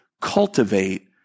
cultivate